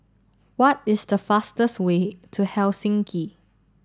what is the fastest way to Helsinki